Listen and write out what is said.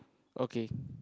okay